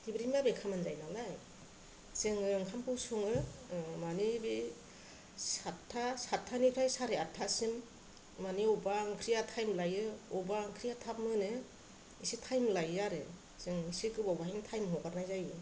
हेब्रे माब्रे खामानि जायो नालाय जोङो ओंखामखौ सङो माने बे सातथा सातथानिफ्राय सारे आतथासिम माने बबेबा ओंख्रिया टाइम लायो बबेबा ओंख्रिया थाब मोनो एसे टाइम लायो आरो जों एसे गोबाव बेवहायनो टाइम हगारनाय जायो